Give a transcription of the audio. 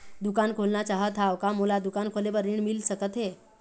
दुकान खोलना चाहत हाव, का मोला दुकान खोले बर ऋण मिल सकत हे?